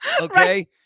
okay